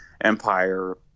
empire